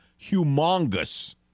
humongous